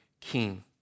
king